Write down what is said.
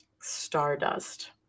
Stardust